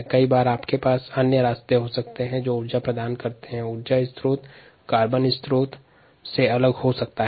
कई स्थिति में ऊर्जा उत्पादन हेतु ऊर्जा स्रोत और कार्बन स्रोत अलग अलग हो सकते है